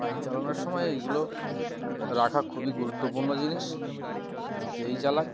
bike চালানোর সময় এইগুলো রাখা খুবই গুরুত্বপূর্ণ জিনিস যেই চালাক